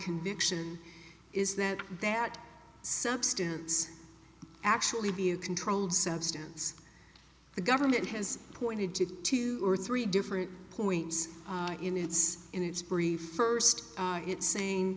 conviction is that that substance actually be a controlled substance the government has pointed to two or three different points in its in its prefer sed it saying